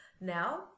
now